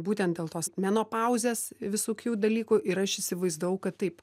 būtent dėl tos menopauzės visokių dalykų ir aš įsivaizdavau kad taip